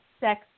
Sex